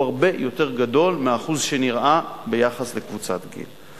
הרבה יותר גדול מהאחוז שנראה ביחס לקבוצת גיל.